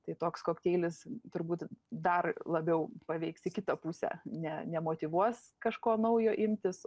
tai toks kokteilis turbūt dar labiau paveiks į kitą pusę ne nemotyvuos kažko naujo imtis